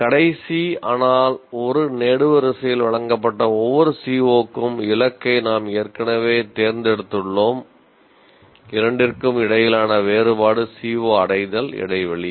கடைசி ஆனால் ஒரு நெடுவரிசையில் வழங்கப்பட்ட ஒவ்வொரு CO க்கும் இலக்கை நாம் ஏற்கனவே தேர்ந்தெடுத்துள்ளோம் இரண்டிற்கும் இடையிலான வேறுபாடு CO அடைதல் இடைவெளி